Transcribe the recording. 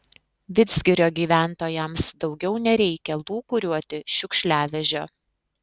vidzgirio gyventojams daugiau nereikia lūkuriuoti šiukšliavežio